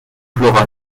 florence